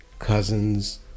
Cousins